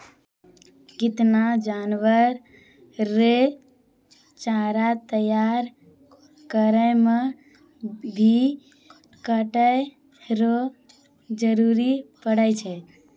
केतना जानवर रो चारा तैयार करै मे भी काटै रो जरुरी पड़ै छै